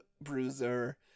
bruiser